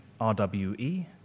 RWE